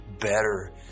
better